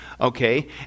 okay